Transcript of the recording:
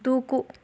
దూకు